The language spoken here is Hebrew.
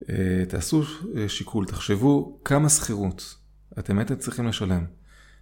תעשו שיקול, תחשבו כמה שכירות אתם הייתם צריכים לשלם